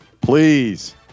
Please